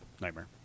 nightmare